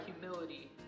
humility